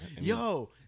Yo